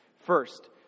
first